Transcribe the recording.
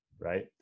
right